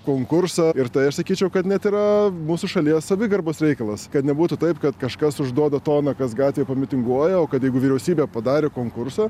konkursą ir tai aš sakyčiau kad net yra mūsų šalies savigarbos reikalas kad nebūtų taip kad kažkas užduoda toną kas gatvėj pamitinguoja o kad jeigu vyriausybė padarė konkursą